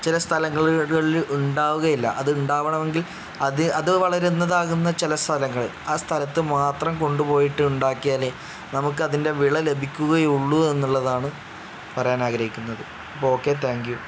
ചില സ്ഥലങ്ങളിൽ ഉണ്ടാവുകയില്ല അത് ഉണ്ടാകണം എങ്കിൽ അത് അത് വളരുന്നതാകുന്ന ചില സ്ഥലങ്ങൾ ആ സ്ഥലത്ത് മാത്രം കൊണ്ടു പോയിട്ട് ഉണ്ടാക്കിയാലേ നമുക്ക് അതിൻ്റെ വിള ലഭിക്കുക ഉള്ളു എന്നുള്ളതാണ് പറയാൻ ആഗ്രഹിക്കുന്നത് അപ്പം ഓക്കെ താങ്ക്യൂ